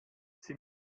sie